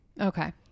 Okay